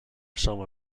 soma